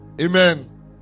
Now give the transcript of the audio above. amen